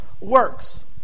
works